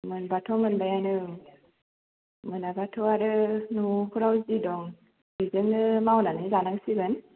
मोनबाथ' मोनबायानो मोनाबाथ' आरो नफ्राव जि दं बेजोंनो मावनानै जानांसिगोन